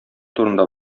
турында